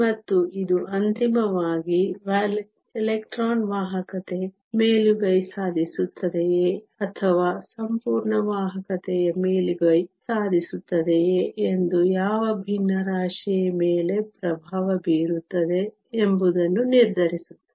ಮತ್ತು ಇದು ಅಂತಿಮವಾಗಿ ಎಲೆಕ್ಟ್ರಾನ್ ವಾಹಕತೆ ಮೇಲುಗೈ ಸಾಧಿಸುತ್ತದೆಯೇ ಅಥವಾ ಸಂಪೂರ್ಣ ವಾಹಕತೆಯ ಮೇಲುಗೈ ಸಾಧಿಸುತ್ತದೆಯೇ ಎಂದು ಯಾವ ಭಿನ್ನರಾಶಿಯ ಮೇಲೆ ಪ್ರಭಾವ ಬೀರುತ್ತದೆ ಎಂಬುದನ್ನು ನಿರ್ಧರಿಸುತ್ತದೆ